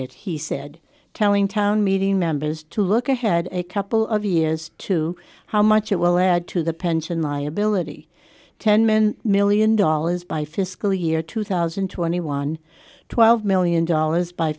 it he said telling town meeting members to look ahead a couple of years to how much it will add to the pension liability ten men million dollars by fiscal year two thousand and twenty one twelve million dollars by